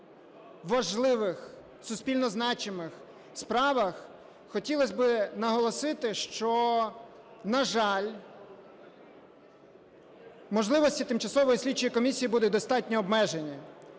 важливих суспільно значимих справах, хотілось би наголосити, що, на жаль, можливості тимчасової слідчої комісії будуть достатньо обмежені,